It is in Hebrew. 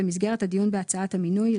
במסגרת הדיון בהצעת המינוי,